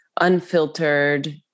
unfiltered